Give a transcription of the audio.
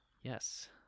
yes